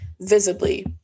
visibly